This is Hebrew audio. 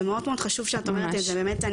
זה מאוד מאוד חשוב שאת אומרת את זה, באמת.